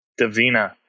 Davina